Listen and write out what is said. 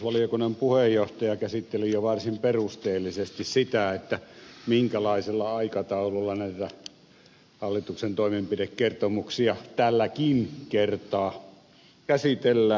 tarkastusvaliokunnan puheenjohtaja käsitteli jo varsin perusteellisesti sitä minkälaisella aikataululla näitä hallituksen toimenpidekertomuksia tälläkin kertaa käsitellään